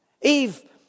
Eve